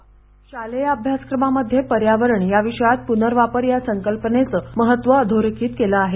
शालेय अभ्यासक्रमामध्ये पर्यावरण या विषयात पुनर्वापर या संकल्पनेचं महत्त्व अधोरेखित केलं आहे